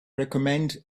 recommend